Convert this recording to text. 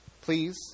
please